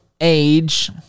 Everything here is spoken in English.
age